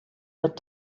but